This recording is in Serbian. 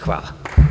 Hvala.